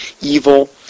evil